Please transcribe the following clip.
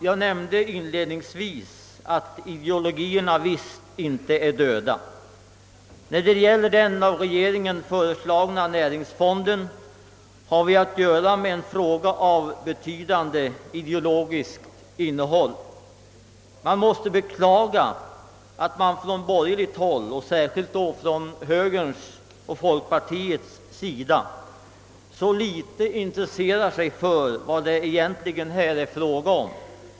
Jag nämnde inledningsvis att ideologierna visst inte är döda. En fråga av betydande ideologiskt innehåll gäller den av regeringen föreslagna näringsfonden. Jag måste beklaga att man från borgerligt håll, särskilt från högern och folkpartiet, så litet intresserar sig för vad det egentligen här handlar om.